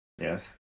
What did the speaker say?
yes